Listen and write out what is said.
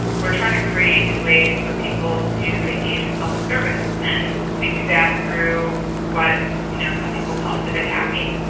we're trying to create new ways for people to engage in public service, and we do that through what you know some people call civic hacking,